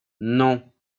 non